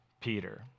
Peter